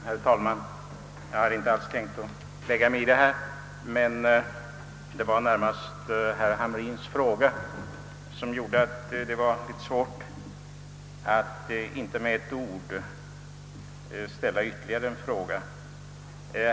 Herr talman! Jag hade inte alls tänkt lägga mig i denna diskussion, men herr Hamrins i Kalmar fråga gjorde det rätt svårt för mig att inte ställa ytterligare en fråga.